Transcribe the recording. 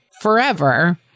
forever